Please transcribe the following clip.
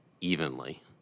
evenly